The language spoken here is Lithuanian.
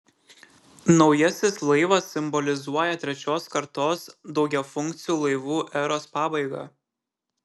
naujasis laivas simbolizuoja trečios kartos daugiafunkcių laivų eros pabaigą